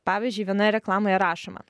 pavyzdžiui vienoje reklamoje rašoma